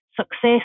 success